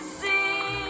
see